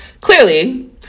clearly